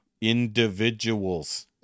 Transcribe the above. individuals